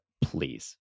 please